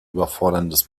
überforderndes